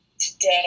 today